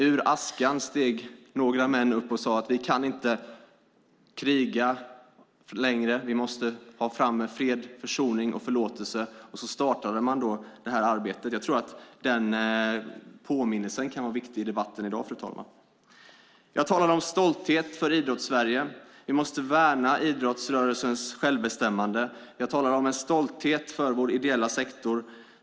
Ur askan steg några män upp och sade: Vi kan inte kriga längre, vi måste gå fram med fred, försoning och förlåtelse. Och så startade man det här arbetet. Jag tror att den påminnelsen kan vara viktig i debatten i dag, fru talman. Jag talade om stolthet för Idrottssverige. Vi måste värna idrottsrörelsens självbestämmande. Jag talar med stolthet för vår ideella sektor.